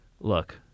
look